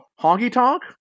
honky-tonk